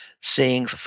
seeing